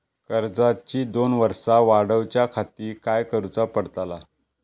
कर्जाची दोन वर्सा वाढवच्याखाती काय करुचा पडताला?